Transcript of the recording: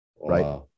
right